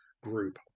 group